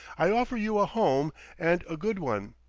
i offer you a home and a good one.